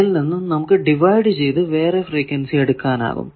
അതിൽ നിന്നും നമുക്ക് ഡിവൈഡ് ചെയ്തു വേറെ ഫ്രീക്വൻസി എടുക്കാനാകും